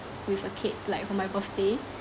with a cake like for my birthday